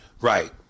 Right